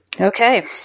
Okay